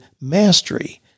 mastery